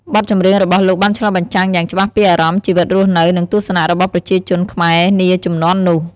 បទចម្រៀងរបស់លោកបានឆ្លុះបញ្ចាំងយ៉ាងច្បាស់ពីអារម្មណ៍ ជីវិតរស់នៅ និងទស្សនៈរបស់ប្រជាជនខ្មែរនាជំនាន់នោះ ។